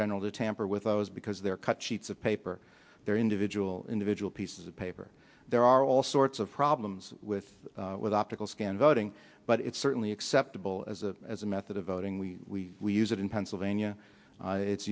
general to tamper with those because they're cut sheets of paper their individual individual pieces of paper there are all sorts of problems with with optical scan voting but it's certainly acceptable as as a method of voting we we use it in pennsylvania it's